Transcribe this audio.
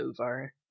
over